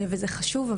וזה חשוב.